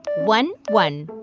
one, one,